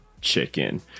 chicken